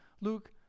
luke